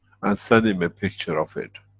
and send him a picture of it.